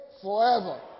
forever